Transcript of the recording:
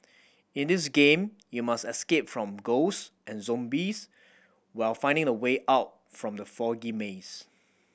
in this game you must escape from ghost and zombies while finding the way out from the foggy maze